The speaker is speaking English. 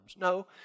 No